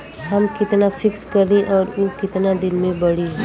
हम कितना फिक्स करी और ऊ कितना दिन में बड़ी?